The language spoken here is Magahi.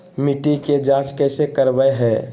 मिट्टी के जांच कैसे करावय है?